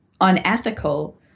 unethical